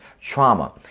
trauma